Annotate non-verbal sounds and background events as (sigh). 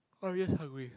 always hungry (breath)